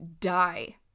die